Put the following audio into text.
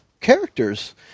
characters